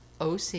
oc